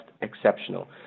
exceptional